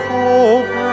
hope